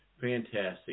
Fantastic